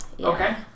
Okay